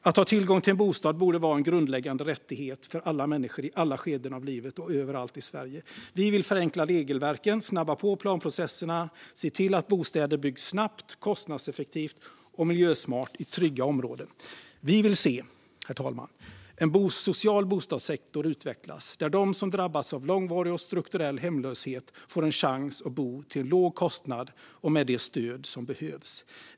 Att ha tillgång till en bostad borde vara en grundläggande rättighet för alla människor i alla skeden av livet och överallt i Sverige. Vi vill förenkla regelverken, snabba på planprocesserna och se till att bostäder byggs snabbt, kostnadseffektivt och miljösmart i trygga områden. Vi vill se en social bostadssektor utvecklas där de som drabbats av långvarig och strukturell hemlöshet får en chans att bo till en låg kostnad och med det stöd som behövs.